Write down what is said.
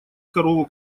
корову